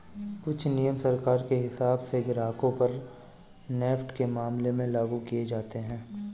कुछ नियम सरकार के हिसाब से ग्राहकों पर नेफ्ट के मामले में लागू किये जाते हैं